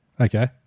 Okay